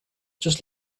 just